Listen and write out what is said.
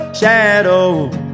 shadow